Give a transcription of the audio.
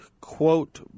quote